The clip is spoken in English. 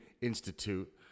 Institute